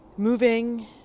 Moving